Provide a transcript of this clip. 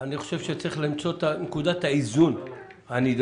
אני חושב שצריך למצוא את נקודת האיזון הנדרשת